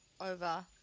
over